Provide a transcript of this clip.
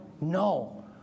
No